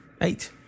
Eight